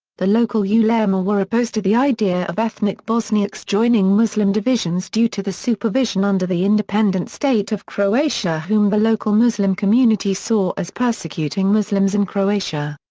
the local ulama were opposed to the idea of ethnic bosniaks joining muslim divisions due to the supervision under the independent state of croatia whom the local muslim community saw as persecuting muslims in croatia.